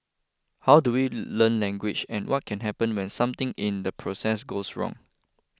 how do we learn language and what can happen when something in the process goes wrong